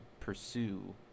pursue